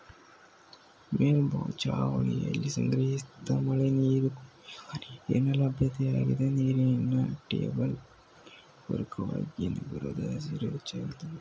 ಮೇಲ್ಛಾವಣಿಲಿ ಸಂಗ್ರಹಿಸಿದ ಮಳೆನೀರು ಕುಡಿಯುವ ನೀರಿನ ಲಭ್ಯತೆಯಾಗಿದ್ದು ನೀರಿನ ಟೇಬಲ್ಗೆ ಪೂರಕವಾಗಿ ನಗರದ ಹಸಿರು ಹೆಚ್ಚಿಸ್ತದೆ